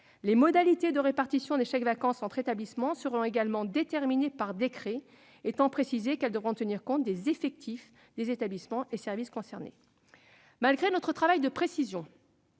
Les modalités de répartition des chèques-vacances entre établissements seront également déterminées par décret, étant précisé qu'elles devront tenir compte des effectifs des établissements et services concernés. Malgré notre travail de précision,